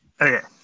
Okay